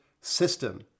system